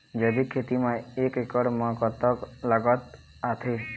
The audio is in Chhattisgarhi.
जैविक खेती म एक एकड़ म कतक लागत आथे?